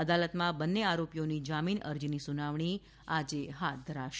અદાલતમાં બન્ને આરોપીઓની જામીન અરજીની સુનાવણી આજે હાથ ધરાશે